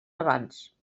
abans